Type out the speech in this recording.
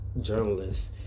journalists